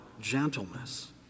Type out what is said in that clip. gentleness